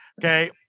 Okay